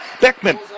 Beckman